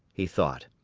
he thought.